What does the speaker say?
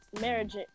marriage